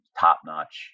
top-notch